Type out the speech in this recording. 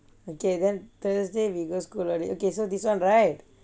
okay then thursday we go school already okay so this [one] right